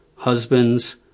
Husbands